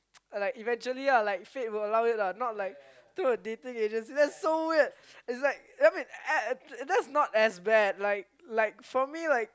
like eventually lah like fate will allow it lah not like through a dating agency like that's so weird is like I mean a a that's not as bad like like for me like